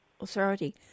authority